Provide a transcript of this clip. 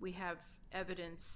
we have evidence